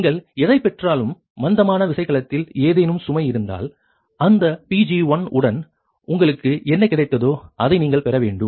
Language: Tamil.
நீங்கள் எதைப் பெற்றாலும் மந்தமான விசைகலத்தில் ஏதேனும் சுமை இருந்தால் அந்த PG1 உடன் உங்களுக்கு என்ன கிடைத்ததோ அதை நீங்கள் பெற வேண்டும்